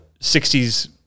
60s